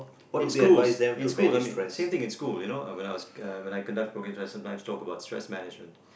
in schools in schools I mean same thing in school you know when I was when I conduct working often times talk about stress management